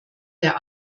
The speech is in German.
der